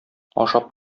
ашап